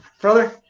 Brother